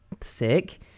sick